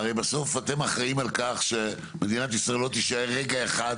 אתם אחראים על כך שמדינת ישראל לא תישאר לרגע אחד